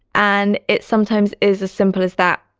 and it sometimes is as simple as that.